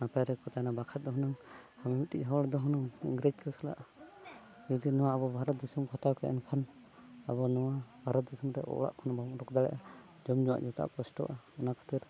ᱱᱟᱯᱟᱭ ᱨᱮᱜᱮ ᱠᱚ ᱛᱟᱦᱮᱱᱟ ᱵᱟᱠᱷᱟᱡ ᱫᱚ ᱦᱩᱱᱟᱹᱝ ᱟᱵᱚ ᱢᱤᱫᱴᱤᱡ ᱦᱚᱲ ᱫᱚ ᱦᱩᱱᱟᱹᱝ ᱤᱝᱨᱮᱡᱽ ᱠᱚ ᱥᱟᱞᱟᱜ ᱡᱩᱫᱤ ᱱᱚᱣᱟ ᱟᱵᱚ ᱵᱷᱟᱨᱚᱛ ᱫᱤᱥᱚᱢ ᱠᱚ ᱦᱟᱛᱟᱣ ᱠᱮᱭᱟ ᱮᱱᱠᱷᱟᱱ ᱟᱵᱚ ᱱᱚᱣᱟ ᱵᱷᱟᱨᱚᱛ ᱫᱤᱥᱚᱢ ᱨᱮ ᱚᱲᱟᱜ ᱠᱷᱚᱱ ᱵᱟᱢ ᱩᱰᱩᱠ ᱫᱟᱲᱮᱭᱟᱜᱼᱟ ᱡᱚᱢᱼᱧᱩᱣᱟᱜ ᱡᱚᱛᱚᱣᱟᱜ ᱮᱢ ᱠᱚᱥᱴᱚᱜᱼᱟ ᱚᱱᱟ ᱠᱷᱟᱹᱛᱤᱨ